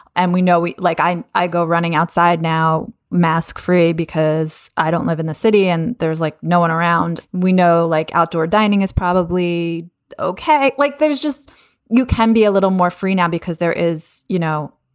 and we know, like, i, i go running outside now masc free because i don't live in the city and there's like no one around we know, like outdoor dining is probably ok. like there's just you can be a little more free now because there is you know,